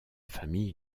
famille